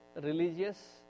religious